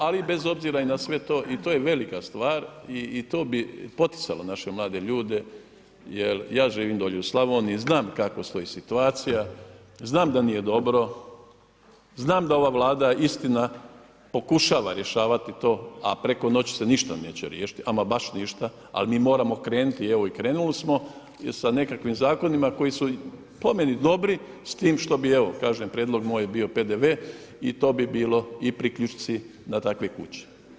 Ali bez obzira i na sve to, to je velika stvar i to bi poticalo naše mlade ljude jer ja živim dole u Slavoniji, znam kako stoji situacija, znam da nije dobro, znam da ova Vlada istina, pokušava rješavati to, a preko noći se ništa neće riješiti, ama baš ništa, a mi moramo krenuti, evo i krenuli smo sa nekakvim zakonima koji su po meni dobri, s tim što bi evo, kažem prijedlog moj bio PDV i to bi bilo i priključci na takve kuće.